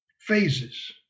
phases